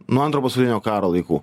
nuo antro pasaulinio karo laikų